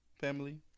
Family